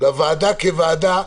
שלוועדה כוועדה,